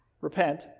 repent